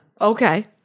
Okay